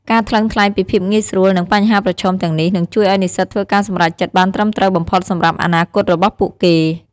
ការថ្លឹងថ្លែងពីភាពងាយស្រួល និងបញ្ហាប្រឈមទាំងនេះ នឹងជួយឱ្យនិស្សិតធ្វើការសម្រេចចិត្តបានត្រឹមត្រូវបំផុតសម្រាប់អនាគតរបស់ពួកគេ។